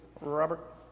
Robert